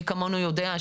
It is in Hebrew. מי כמונו יודע,